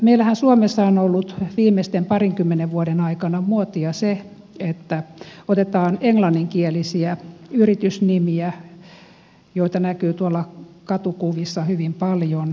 meillähän suomessa on ollut viimeisten parinkymmenen vuoden aikana muotia se että otetaan englanninkielisiä yritysnimiä joita näkyy tuolla katukuvassa ja muuallakin hyvin paljon